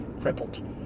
crippled